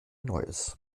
neues